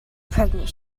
pregnant